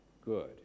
good